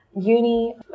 uni